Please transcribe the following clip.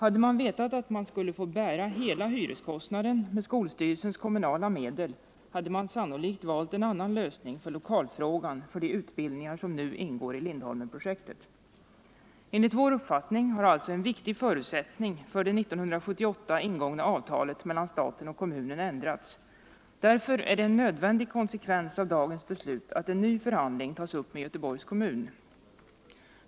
Hade man vetat att man skulle få bära hela hyreskostnaden med skolstyrelsens kommunala medel hade man sannolikt valt en annan lösning för lokalfrågan för de utbildningar som nu ingår i Lindholmenprojektet. Enligt vår uppfattning har alltså en viktig förutsättning för det 1978 ingångna avtalet mellan staten och kommunen ändrats. Därför är det en nödvändig konsekvens av dagens beslut att en ny förhandling tas upp med Göteborgs kommun.